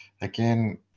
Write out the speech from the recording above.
again